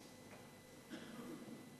ההצעה להעביר